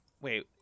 Wait